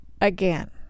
again